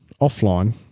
offline